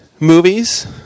Movies